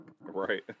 Right